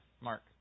Mark